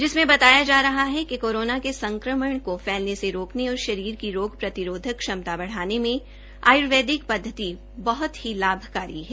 जिसमें बताया जा रहा है किं कोरोना के संक्रमण को फैलने से रोकने और शारीर की रोग प्रतिरोधक क्षमता बढ़ाने में आय्र्वेदिक पद्घति बहत ही लाभकारी है